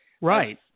Right